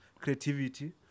creativity